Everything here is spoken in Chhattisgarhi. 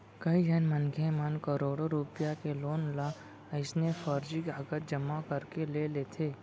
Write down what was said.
कइझन मनखे मन करोड़ो रूपिया के लोन ल अइसने फरजी कागज जमा करके ले लेथे